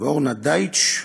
ואורנה דויטש,